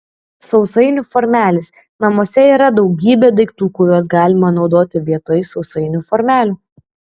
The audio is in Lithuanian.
sausainių formelės namuose yra daugybė daiktų kuriuos galima naudoti vietoj sausainių formelių